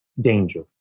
danger